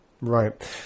Right